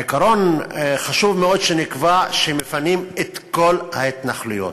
עיקרון חשוב מאוד שנקבע, שמפנים את כל ההתנחלויות.